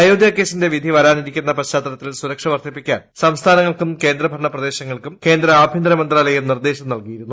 അയ്യോധ്യ ക്കേസിന്റെ വിധി വരാനിരിക്കുന്ന പശ്ചാത്തലത്തിൽ സുരക്ഷ വർധിപ്പിക്കാൻ സംസ്ഥാനങ്ങൾക്കും കേന്ദ്രഭരണ പ്രദേശങ്ങൾക്കും കേന്ദ്ര ആഭ്യ്ത്ത്ർ മന്ത്രാലയം നിർദേശം നൽകിയിരുന്നു